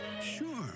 Sure